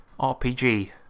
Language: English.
RPG